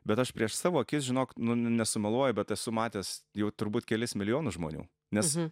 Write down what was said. bet aš prieš savo akis žinok nu ne nesumeluoju bet esu matęs jau turbūt kelis milijonus žmonių nes